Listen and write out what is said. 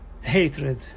hatred